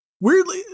weirdly